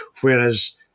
whereas